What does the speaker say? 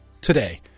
Today